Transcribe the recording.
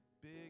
big